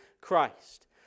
Christ